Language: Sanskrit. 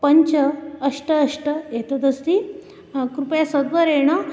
पञ्च अष्ट अष्ट एतदस्ति कृपया सर्वरेण